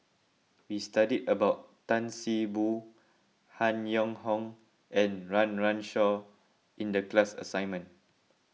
we studied about Tan See Boo Han Yong Hong and Run Run Shaw in the class assignment